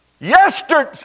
Yesterday